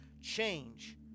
change